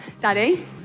Daddy